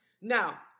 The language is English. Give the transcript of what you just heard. Now